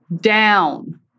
down